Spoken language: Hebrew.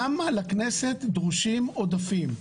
למה לכנסת דרושים עודפים?